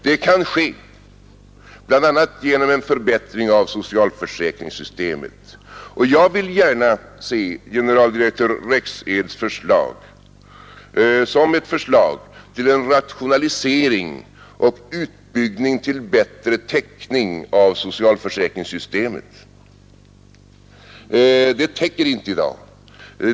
Det kan ske bl.a. genom förbättring av socialförsäkringssystemet. Och jag vill gärna se generaldirektör Rexeds förslag som ett förslag till en rationalisering och utbyggnad till bättre täckning av socialförsäkringssystemet. Det täcker inte i dag.